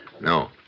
No